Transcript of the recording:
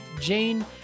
Jane